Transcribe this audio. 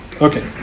Okay